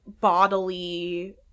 bodily